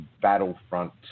Battlefront